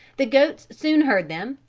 the goats soon heard them,